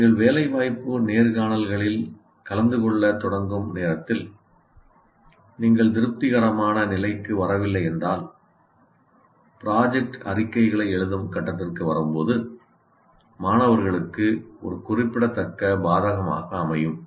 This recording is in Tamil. நீங்கள் வேலை வாய்ப்பு நேர்காணல்களில் கலந்து கொள்ளத் தொடங்கும் நேரத்தில் நீங்கள் திருப்திகரமான நிலைக்கு வரவில்லை என்றால் ப்ராஜெக்ட் அறிக்கைகளை எழுதும் கட்டத்திற்கு வரும்பொழுது மாணவர்களுக்கு ஒரு குறிப்பிடத்தக்க பாதகமாக அமையும்